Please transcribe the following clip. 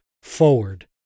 forward